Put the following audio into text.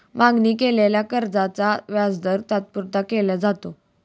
मागणी केलेल्या कर्जाचा व्याजदर तात्पुरता केला जातो